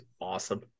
awesome